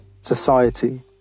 society